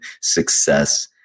success